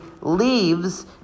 leaves